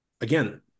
again